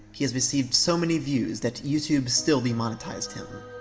he has received so many views that youtube still demonetized him.